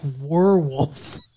werewolf